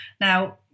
Now